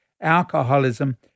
alcoholism